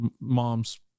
moms